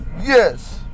Yes